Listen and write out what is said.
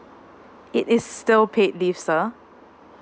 it is still paid leave sir